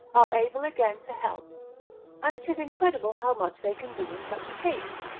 are able again to help and tis incredible how much they can do in such a case,